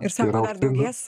ir sako dar daugės